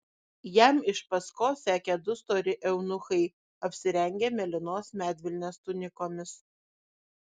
jam iš paskos sekė du stori eunuchai apsirengę mėlynos medvilnės tunikomis